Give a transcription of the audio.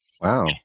Wow